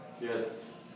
Yes